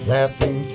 Laughing